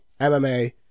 MMA